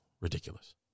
Ridiculous